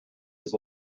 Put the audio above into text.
his